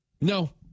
no